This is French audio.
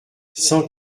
cent